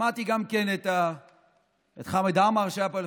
שמעתי גם את חמד עמאר,